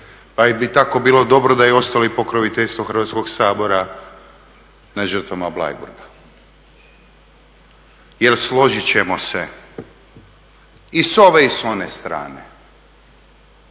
Pa bi tako bilo dobro da je ostalo i pokroviteljstvo Hrvatskog sabora na žrtvama Bleiburga jer složit ćemo se i ove i s one strane